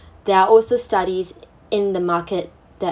there are also studies in the market that